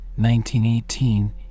1918